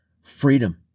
freedom